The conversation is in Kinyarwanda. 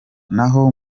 naho